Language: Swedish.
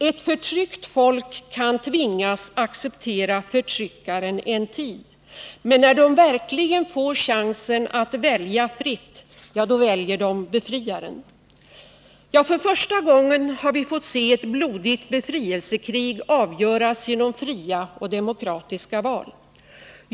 Ett förtryckt folk kan tvingas acceptera förtryckaren en tid, men när människorna verkligen får chansen att välja fritt — då väljer de befriaren. För första gången har vi fått se ett blodigt befrielsekrig avgöras genom fria och demokratiska val.